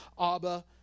Abba